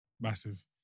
massive